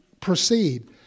proceed